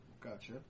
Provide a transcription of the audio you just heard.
Gotcha